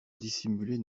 dissimuler